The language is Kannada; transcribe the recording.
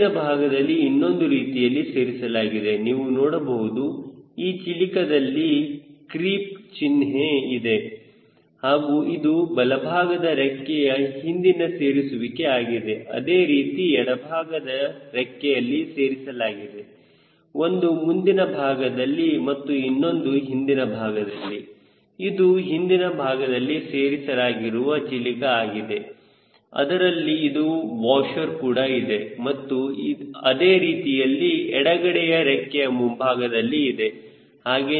ಹಿಂದಿನ ಭಾಗದಲ್ಲಿ ಇನ್ನೊಂದು ರೀತಿಯಲ್ಲಿ ಸೇರಿಸಲಾಗಿದೆ ನೀವು ನೋಡಬಹುದು ಈ ಚಿಲಿಕದಲ್ಲಿ ಕ್ರಿಪ್ ಚಿನ್ಹೆ ಇದೆ ಹಾಗೂ ಇದು ಬಲಭಾಗದ ರೆಕ್ಕೆಯ ಹಿಂದಿನ ಸೇರಿಸುವಿಕೆ ಆಗಿದೆ ಅದೇ ರೀತಿ ಎಡಭಾಗದ ರೆಕ್ಕೆಯಲ್ಲಿ ಸೇರಿಸಲಾಗಿದೆ ಒಂದು ಮುಂದಿನ ಭಾಗದಲ್ಲಿ ಮತ್ತು ಇನ್ನೊಂದು ಹಿಂದಿನ ಭಾಗದಲ್ಲಿ ಇದು ಹಿಂದಿನ ಭಾಗದಲ್ಲಿ ಸೇರಿಸಲಾಗಿರುವ ಚಿಲಿಕ ಆಗಿದೆ ಅದರಲ್ಲಿ ಒಂದು ವಾಷರ್ ಕೂಡ ಇದೆ ಮತ್ತು ಅದೇ ರೀತಿಯಲ್ಲಿ ಎಡಗಡೆಯ ರೆಕ್ಕೆಯ ಮುಂಭಾಗದಲ್ಲಿ ಇದೆ